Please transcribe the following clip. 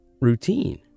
routine